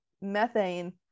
methane